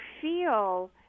feel